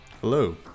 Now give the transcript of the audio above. Hello